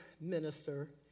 minister